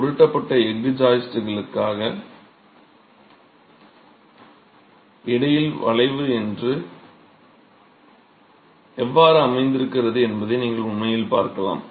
உருட்டப்பட்ட எஃகு ஜாயிஸ்டுக்கு இடையில் வளைவு எவ்வாறு அமர்ந்திருக்கிறது என்பதை நீங்கள் உண்மையில் பார்க்கலாம்